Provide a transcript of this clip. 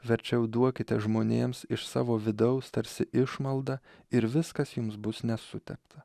verčiau duokite žmonėms iš savo vidaus tarsi išmaldą ir viskas jums bus nesutepta